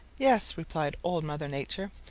yes, replied old mother nature,